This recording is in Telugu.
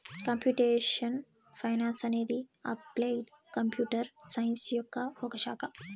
కంప్యూటేషనల్ ఫైనాన్స్ అనేది అప్లైడ్ కంప్యూటర్ సైన్స్ యొక్క ఒక శాఖ